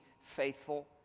faithful